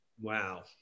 Wow